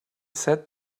said